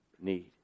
need